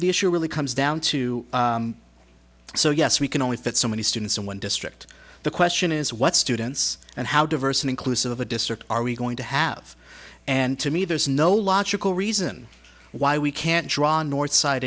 the issue really comes down to so yes we can only fit so many students in one district the question is what students and how diverse an inclusive of a district are we going to have and to me there's no logical reason why we can't draw north side